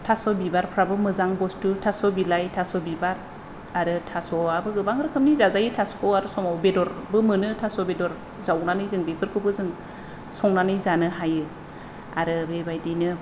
थास' बिबारफ्राबो मोजां बसथु थास' बिलाइ थास' बिबार आरो थास'आबो गोबां रोखोमनि जाजायो थास'खौ आरो समाव थास' बेदरबो मोनो जावनानै जों बेफोरखौबो संनानै जानो हायो आरो बेबादिनो